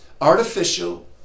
Artificial